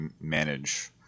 manage